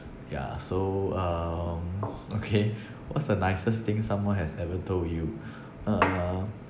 yeah so um okay what's the nicest thing someone has ever told you uh